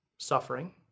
Suffering